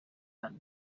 them